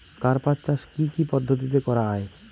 কার্পাস চাষ কী কী পদ্ধতিতে করা য়ায়?